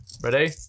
Ready